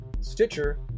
Stitcher